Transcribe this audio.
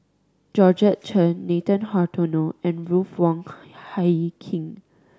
Georgette Chen Nathan Hartono and Ruth Wong Hie King